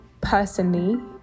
personally